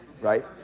right